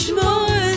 more